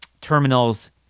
terminals